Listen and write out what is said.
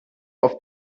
auf